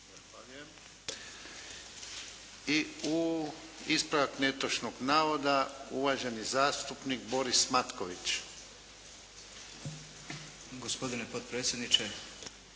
I ispravak netočnog navoda uvaženi zastupnik Boris Matković. **Matković, Borislav